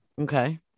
Okay